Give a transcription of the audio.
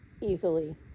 easily